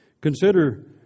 Consider